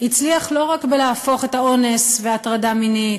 הצליח לא רק בלהפוך אונס והטרדה מינית